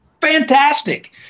fantastic